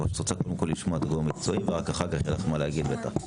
יש לך מה להוסיף, נשמח מאוד.